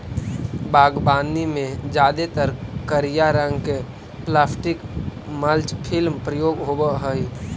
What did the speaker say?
बागवानी में जादेतर करिया रंग के प्लास्टिक मल्च फिल्म प्रयोग होवऽ हई